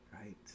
right